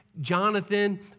Jonathan